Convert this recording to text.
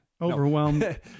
Overwhelmed